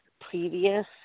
previous